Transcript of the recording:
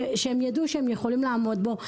שהם ידעו שהם יכולים לעמוד בו.